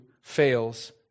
fails